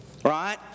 Right